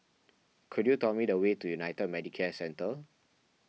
could you tell me the way to United Medicare Centre